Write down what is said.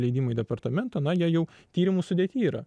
leidimai departamento na jie jau tyrimų sudėty yra